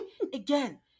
again